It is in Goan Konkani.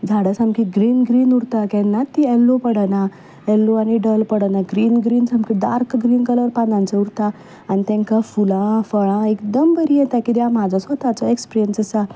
झाडां सारकीं ग्रीन ग्रीन उरता केन्ना तीं येल्लो पडना येल्लो आनी डल पडना ग्रीन ग्रीन सामकीं डार्क ग्रीन कलर पानांचो उरता आनी तांकां फुलां फळां एकदम बरीं येता कित्याक म्हजो स्वताचो एक्सपिरियंस आसा